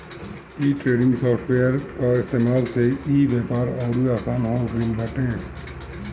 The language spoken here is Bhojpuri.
डे ट्रेडिंग सॉफ्ट वेयर कअ इस्तेमाल से इ व्यापार अउरी आसन हो गिल बाटे